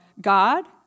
God